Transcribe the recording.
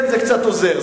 כן, זה קצת עוזר.